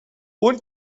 اون